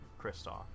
Kristoff